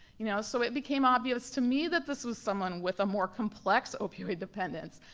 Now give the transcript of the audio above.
you know so it became obvious to me that this was someone with a more complex opioid dependence,